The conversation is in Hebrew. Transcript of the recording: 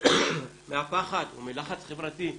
מהפחד או מלחץ חברתי,